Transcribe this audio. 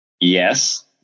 Yes